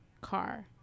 car